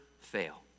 fail